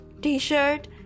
t-shirt